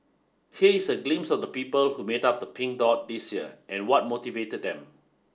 here is a glimpse of the people who made up the Pink Dot this year and what motivated them